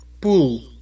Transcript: Pool